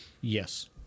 Yes